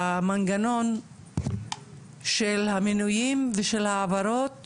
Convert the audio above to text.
שהמנגנון של המינויים ושל ההעברות